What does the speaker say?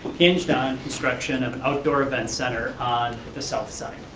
hinged on construction of an outdoor events center on the south side.